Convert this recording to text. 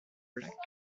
black